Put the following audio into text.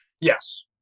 Yes